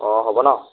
অঁ হ'ব ন